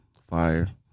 Fire